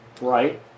right